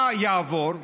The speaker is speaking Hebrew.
מה יעבור?